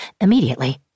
Immediately